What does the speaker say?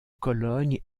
cologne